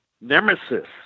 nemesis